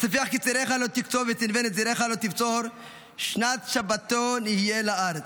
את ספיח קצירך לא תקצור ואת ענבי נזירך לא תבצֹר שנת שבתון יהיה לארץ.